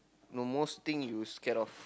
the most thing you scared of